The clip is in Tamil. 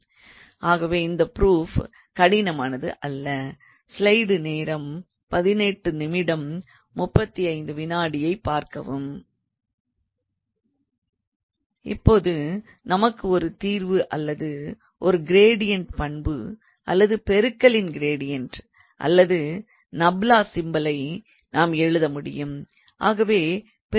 ஆகவே இந்த ப்ரூஃப் கடினமானது அல்ல இப்பொழுது நமக்கு ஒரு தீர்வு அல்லது ஒரு க்ரேடியன்ட்டின் பண்பு அல்லது பெருக்கலின் க்ரேடியன்ட் அல்லது நப்லா சிம்பலை நாம் எழுத முடியும்